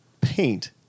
paint